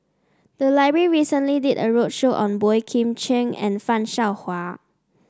the library recently did a roadshow on Boey Kim Cheng and Fan Shao Hua